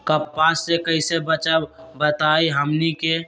कपस से कईसे बचब बताई हमनी के?